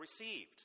received